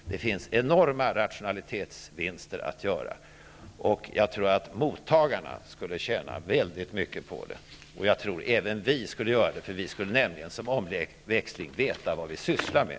Det finns enorma rationalitetsvinster att hämta. Jag tror att också mottagarna skulle tjäna väldigt mycket på det. Det skulle även vi göra, för då skulle vi nämligen som omväxling veta vad vi sysslar med.